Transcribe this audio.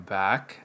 back